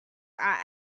are